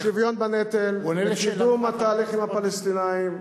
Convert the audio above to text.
לשוויון בנטל, לקידום התהליך עם הפלסטינים,